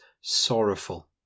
sorrowful